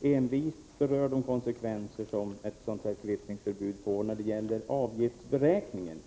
envist de konsekvenser som ett kvittningsförbud får för avgiftsberäkningen.